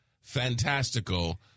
fantastical